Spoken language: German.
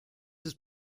ist